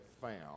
found